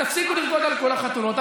רק תפסיקו לרקוד על כל החתונות.